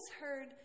heard